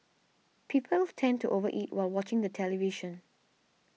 people tend to over eat while watching the television